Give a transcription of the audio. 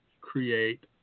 create